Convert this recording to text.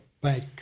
bank